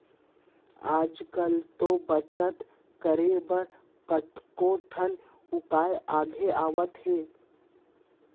आज कल तो बचत करे बर कतको ठन उपाय आगे हावय